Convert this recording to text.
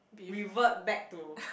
revert back to